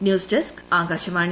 news desk Akashvani